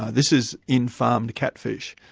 this is in farmed catfish,